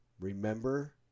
remember